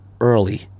early